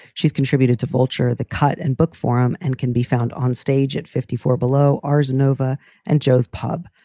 she's contributed to fulcher, the cut and book forum, and can be found on stage at fifty four below ars nova and joe's pub.